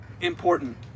important